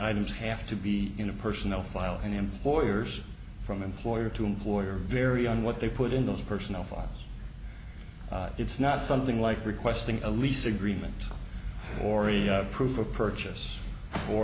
items have to be in a personnel file and employers from employer to employer vary on what they put in those personal files it's not something like requesting a lease agreement or a proof of purchase or